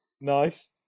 Nice